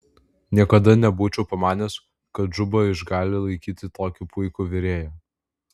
niekada nebūčiau pamanęs kad džuba išgali laikyti tokį puikų virėją